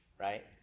right